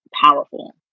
powerful